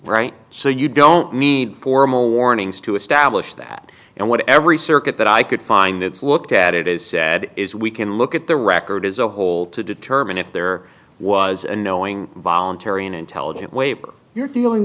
right so you don't need formal warnings to establish that and what every circuit that i could find its looked at it is said is we can look at the record as a whole to determine if there was a knowing voluntary an intelligent way you're dealing